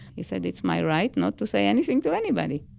he said, it's my right not to say anything to anybody.